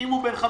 אם הוא בן 55,